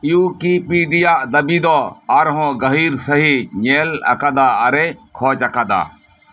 ᱩᱭᱠᱤᱯᱤᱰᱤᱭᱟᱜ ᱫᱟᱵᱤ ᱫᱚ ᱟᱨ ᱦᱚᱸ ᱜᱟᱦᱤᱨ ᱥᱟᱸᱦᱤᱡ ᱧᱮᱞ ᱟᱠᱟᱫᱟ ᱟᱨᱮ ᱠᱷᱚᱡᱽ ᱟᱠᱟᱫᱟ